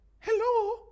Hello